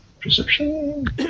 Perception